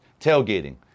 tailgating